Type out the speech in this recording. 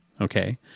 okay